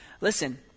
Listen